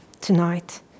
tonight